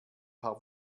paar